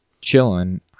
chilling